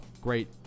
great